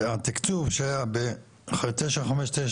התקצוב שהיה בהחלטה 959